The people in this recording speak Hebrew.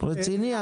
אתה רציני.